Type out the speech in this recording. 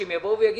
שהם יבואו ויגידו,